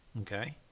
Okay